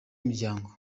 imiryango